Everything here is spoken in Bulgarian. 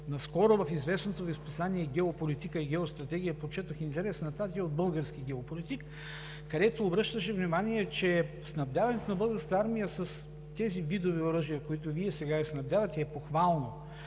Наскоро в известното Ви списание „Геополитика и геостратегия“ прочетох интересна статия от български геополитик, където обръщаше внимание, че снабдяването на Българската армия с тези видове оръжия, с които Вие сега я снабдявате, е похвално,